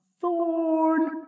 thorn